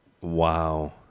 Wow